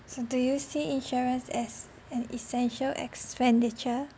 so do you see insurance as an essential expenditure